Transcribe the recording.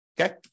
okay